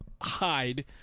hide